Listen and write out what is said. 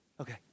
Okay